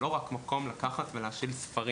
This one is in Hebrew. הן לא רק מקום לקחת ולהשאיל ספרים.